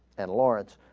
and lawrence